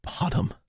bottom